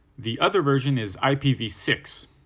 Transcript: the other version is i p v six,